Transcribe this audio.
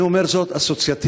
אני אומר זאת אסוציאטיבית,